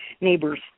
neighbors